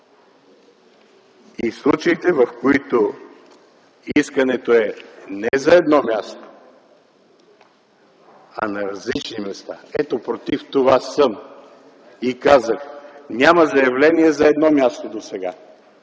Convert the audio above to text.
в случаите, в които искането е не за едно място, а на различни места. Ето, против това съм и казах: няма заявление за едно място досега,